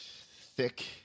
Thick